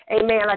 Amen